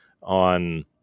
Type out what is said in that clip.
on